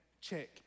Check